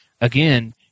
again